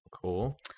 Cool